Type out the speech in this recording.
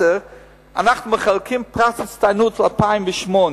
אנחנו מחלקים פרסי הצטיינות ל-2008,